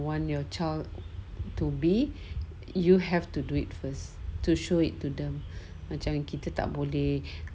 want your child to be you have to do it first to show it to them macam kita tak boleh